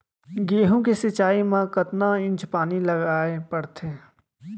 गेहूँ के सिंचाई मा कतना इंच पानी लगाए पड़थे?